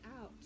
out